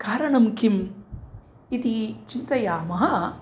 कारणं किम् इति चिन्तयामः